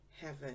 heaven